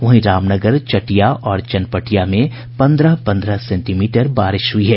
वहीं रामनगर चटिया और चनपटिया में पंद्रह पंद्रह सेंटीमीटर बारिश हुई है